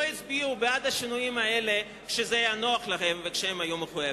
ולא הצביעו בעד השינויים האלה כשזה היה נוח להם וכשהם היו מחויבים.